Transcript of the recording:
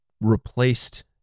replaced